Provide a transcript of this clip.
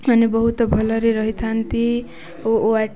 ମାନେ ବହୁତ ଭଲରେ ରହିଥାନ୍ତି ଓ